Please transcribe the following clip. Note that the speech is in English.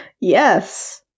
Yes